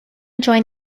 joined